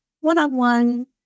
one-on-one